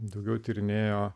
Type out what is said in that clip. daugiau tyrinėjo